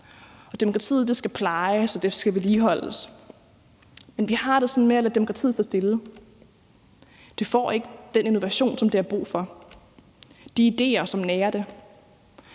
demokratiet skal plejes og vedligeholdes, men vi har det sådan med at lade demokratiet stå stille. Det får ikke den innovation, som det har brug for, eller de idéer, som nærer det.